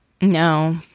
no